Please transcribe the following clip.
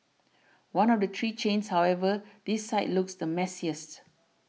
one of the three chains however this site looks the messiest